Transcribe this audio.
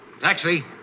Taxi